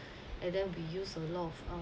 and then we use a lot of